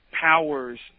powers